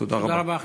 תודה רבה.